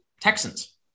Texans